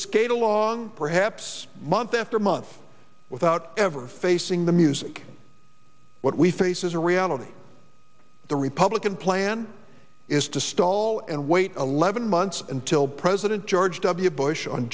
skate along perhaps month after month without ever facing the music what we face is a reality the republican plan is to stall and wait to eleven months until president george w bush on